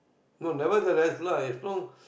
no nevertheless lah if not